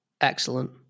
Excellent